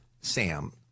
Sam